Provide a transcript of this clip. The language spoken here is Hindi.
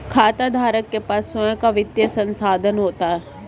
खाताधारक के पास स्वंय का वित्तीय संसाधन होता है